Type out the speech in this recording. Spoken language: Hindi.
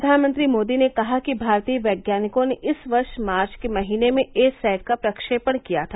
प्रधानमंत्री मोदी ने कहा कि भारतीय वैज्ञानिकों ने इस वर्ष मार्च के महीने में ए सैट का प्रक्षेपण किया था